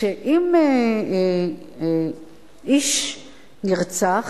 שאם איש נרצח,